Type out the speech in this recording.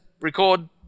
record